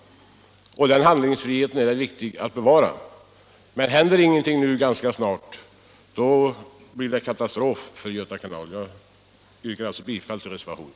Den handlingsfriheten är det viktigt att bevara, men händer ingenting ganska snart blir det katastrof för Göta kanal. Jag yrkar alltså bifall till reservationen.